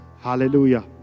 hallelujah